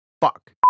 Fuck